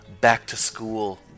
back-to-school